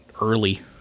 early